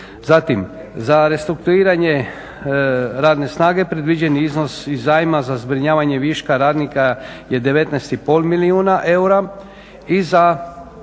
Zatim za restrukturiranje radne snage predviđen je iznos zajma za zbrinjavanje viška radnika je 19,5 milijuna eura i za